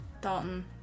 Dalton